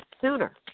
sooner